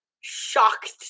shocked